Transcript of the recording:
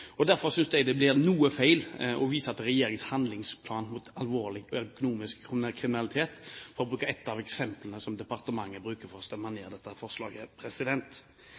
Derfor synes jeg det blir noe feil å vise til regjeringens handlingsplan mot alvorlig økonomisk kriminalitet, for å bruke et av eksemplene som departementet bruker, for å stemme ned dette forslaget.